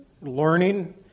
learning